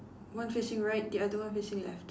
one facing right the other one facing left